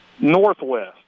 northwest